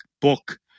book